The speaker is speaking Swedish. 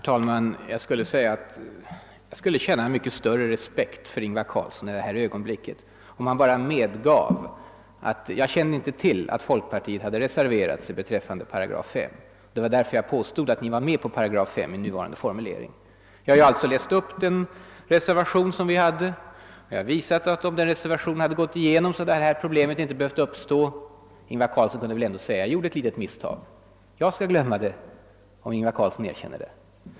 Herr talman! Jag skulle känna mycket större respekt för Ingvar Carlsson i det här ögonblicket, om han medgav att han inte kände till att folkpartiet reserverat sig beträffande 5 § och att det var därför han påstod att vi var med på 5 8 i nuvarande formulering. Jag har läst upp folkpartiets reservation, och jag har visat att om den reservationen hade gått igenom så hade det här problemet vi nu diskuterar inte behövt uppstå. Ingvar Carlsson kunde väl ändå säga att han gjorde ett misstag. Jag skall glömma det, om han erkänner det.